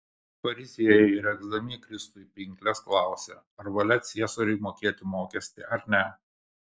fariziejai regzdami kristui pinkles klausė ar valia ciesoriui mokėti mokestį ar ne